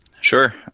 sure